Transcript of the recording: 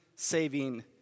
saving